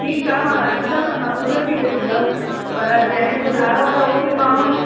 ठीकु आहे मां अचंदमि त मां ख़ुदि बि ॾिसंदमि पर जंहिं ने ॿुधायो आहे त उहो बि माण्हूनि